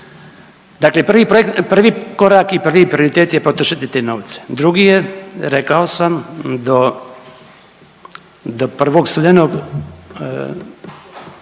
Dakle prvi korak i prvi prioritet je potrošiti te novce. Drugi je, rekao sam, do 1. studenog